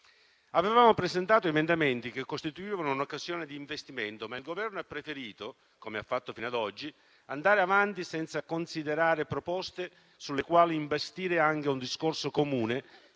Avevamo presentato emendamenti che costituivano un'occasione di investimento, ma il Governo, come ha fatto fino ad oggi, ha preferito andare avanti senza considerare proposte sulle quali imbastire anche un discorso comune